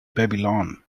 babylon